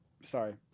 sorry